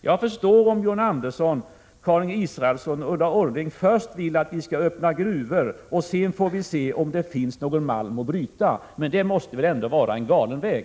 Jag förstår om John Andersson, Karin Israelsson och Ulla Orring vill att vi först skall öppna gruvor och sedan se om det finns någon malm att bryta. Men det måste väl ändå vara en galen väg.